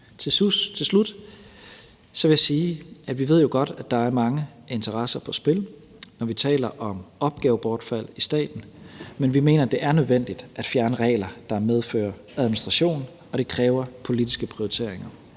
Til slut vil jeg sige, at vi jo godt ved, at der er mange interesser på spil, når vi taler om opgavebortfald i staten, men vi mener, at det er nødvendigt at fjerne regler, der medfører administration, og det kræver politiske prioriteringer.